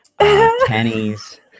pennies